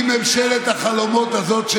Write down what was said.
לראש ממשלת הג'ובים,